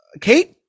kate